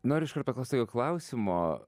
noriu iš kart paklaust tokio klausimo